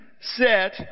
set